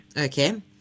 Okay